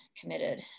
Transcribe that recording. committed